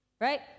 Right